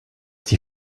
die